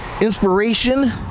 inspiration